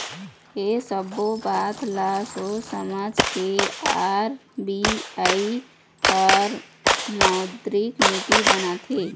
ऐ सब्बो बात ल सोझ समझ के आर.बी.आई ह मौद्रिक नीति बनाथे